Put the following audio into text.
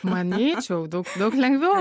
manyčiau aš jau daug daug lengviau